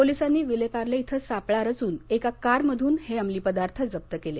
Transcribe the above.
पोलिसांनी विलेपालॅ इथं सापळा रचून एका कार मध्न हे अमली पदार्थ जप्त केले